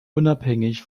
unabhängig